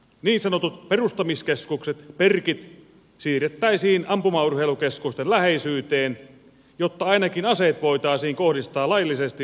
niin sanotut perustamiskeskukset perkit siirrettäisiin ampumaurheilukeskusten läheisyyteen jotta ainakin aseet voitaisiin kohdistaa laillisesti ja asianmukaisesti